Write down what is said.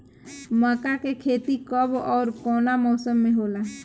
मका के खेती कब ओर कवना मौसम में होला?